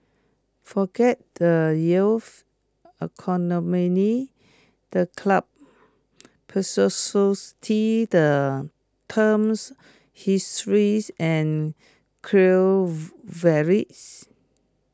forget the youth the club the team's histories and core